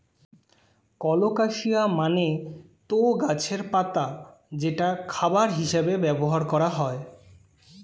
colocasia মানে তো গাছের পাতা যেটা খাবার হিসেবে ব্যবহার করা হয়